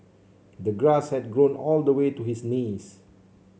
the grass had grown all the way to his knees